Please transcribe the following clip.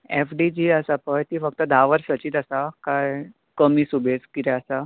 F D जी आसा पय ती फक्त धा वर्सांचीच आसा कांय कमी सुबेज कितें आसा